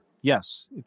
Yes